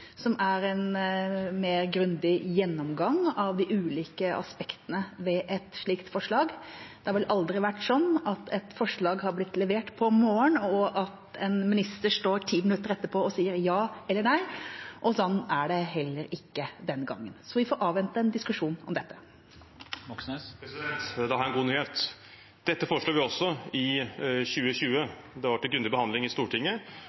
som er en mer grundig gjennomgang av de ulike aspektene ved et slikt forslag. Det har vel aldri vært sånn at et forslag er blitt levert om morgenen, og at en minister står ti minutter etterpå og sier ja eller nei, og sånn er det heller ikke denne gangen. Så vi får avvente en diskusjon om dette. Da har jeg en god nyhet. Dette foreslo vi også i 2020. Det var til grundig behandling i Stortinget,